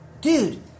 Dude